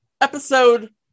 Episode